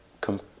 come